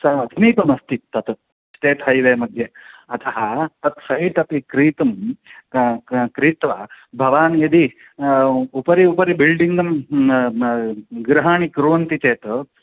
स समीपमस्ति तत् स्टेट् हैवेमध्ये अतः तत् सैट् अपि क्रेतुं क्रीत्वा भवान् यदि उपरि उपरि बिल्डिङ्ग् गृहाणि कुर्वन्ति चेत्